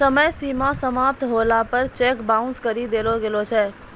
समय सीमा समाप्त होला पर चेक बाउंस करी देलो गेलो छै